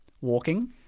walking